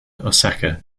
osaka